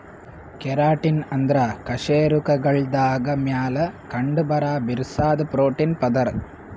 keratin ಅಂದ್ರ ಕಶೇರುಕಗಳ್ದಾಗ ಮ್ಯಾಲ್ ಕಂಡಬರಾ ಬಿರ್ಸಾದ್ ಪ್ರೋಟೀನ್ ಪದರ್